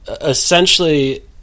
Essentially